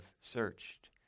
searched